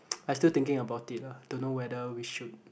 I still thinking about it lah don't know whether we should